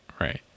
right